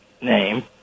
name